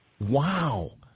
Wow